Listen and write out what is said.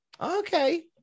Okay